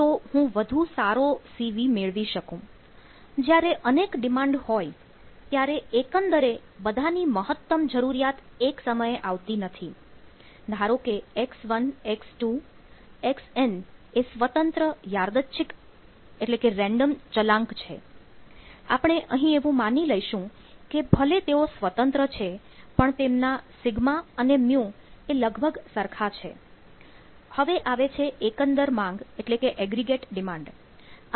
હવે આવે છે એકંદર માંગ પરથી આપણને nμ ની કિંમત મળે છે